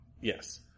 Yes